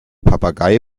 papagei